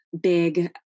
big